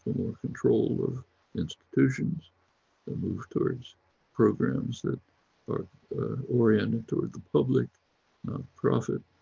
control of institutions that move towards programmes that are oriented toward the public profit,